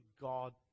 God